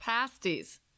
pasties